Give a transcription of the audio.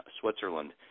Switzerland